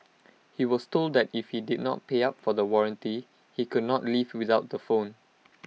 he was told that if he did not pay up for the warranty he could not leave without the phone